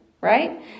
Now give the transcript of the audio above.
Right